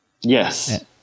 Yes